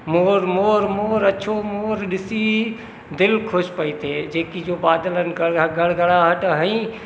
मोरु मोरु मोरु अछो मोरु ॾिसी दिलि ख़ुशि पई थिए जेकी जो बादलनि का घड़ घड़ाहट हंईं